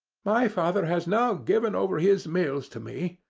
my father has now given over his mills to me,